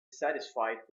satisfied